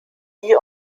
die